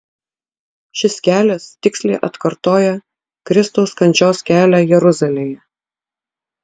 šis kelias tiksliai atkartoja kristaus kančios kelią jeruzalėje